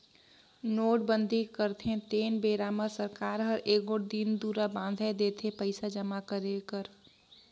नोटबंदी करथे तेन बेरा मे सरकार हर एगोट दिन दुरा बांएध देथे पइसा जमा करे कर